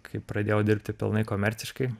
kai pradėjau dirbti pilnai komerciškai